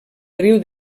riu